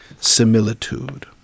similitude